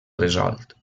resolt